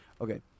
Okay